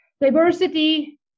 diversity